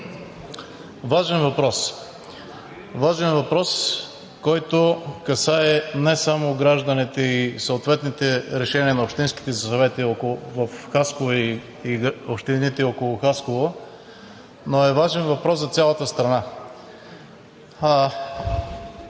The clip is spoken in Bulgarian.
важен въпрос, който касае не само гражданите и съответните решения на общинските съвети в Хасково и общините около Хасково, но е важен въпрос за цялата страна.